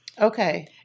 Okay